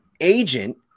agent